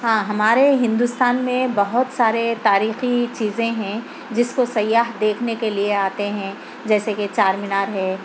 ہاں ہمارے ہندوستان میں بہت سارے تاریخی چیزیں ہیں جس کو سیاح دیکھنے کے لئے آتے ہیں جیسے کہ چار مینار ہے